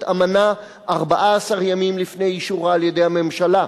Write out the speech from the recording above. אמנה 14 ימים לפני אישורה על-ידי הממשלה,